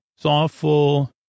Thoughtful